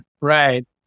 Right